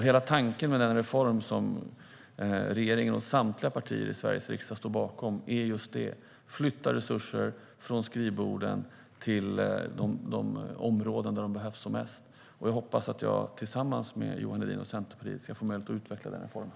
Hela tanken med den reform som regeringen och samtliga partier i Sveriges riksdag står bakom är just denna: Flytta resurser från skrivborden till de områden där de behövs som mest! Jag hoppas att jag tillsammans med Johan Hedin och Centerpartiet ska få möjlighet att utveckla den reformen.